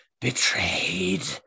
Betrayed